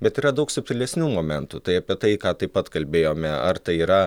bet yra daug subtilesnių momentų tai apie tai ką taip pat kalbėjome ar tai yra